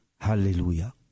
Hallelujah